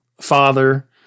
father